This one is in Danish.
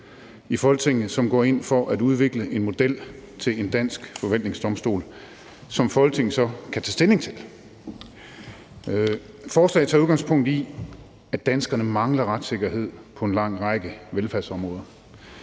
i Folketinget, som går ind for at udvikle en model til en dansk forvaltningsdomstol, som Folketinget så kan tage stilling til. Forslaget tager udgangspunkt i, at danskerne mangler retssikkerhed på en lang række velfærdsområder.